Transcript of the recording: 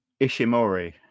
Ishimori